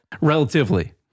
Relatively